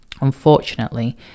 unfortunately